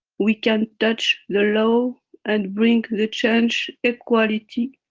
we can touch the law and bring the change equality